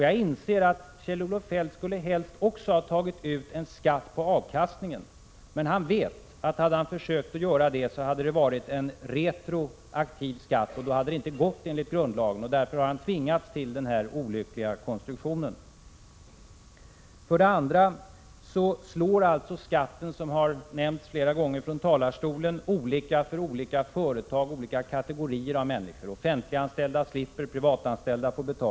Jag inser att också Kjell-Olof Feldt helst hade velat ta ut en skatt på avkastningen, men han vet att det hade varit en retroaktiv skatt och då omöjlig att genomföra enligt grundlagen. Därför har han tvingats till denna olyckliga konstruktion. För det andra slår skatten, som har sagts flera gånger från denna talarstol, olika för olika företag och olika kategorier av människor. Offentliganställda slipper, privatanställda får betala.